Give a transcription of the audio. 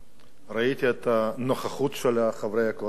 ראיתי את הנוכחות של חברי הקואליציה,